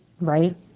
right